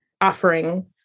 offering